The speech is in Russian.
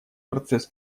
процесс